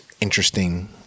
interesting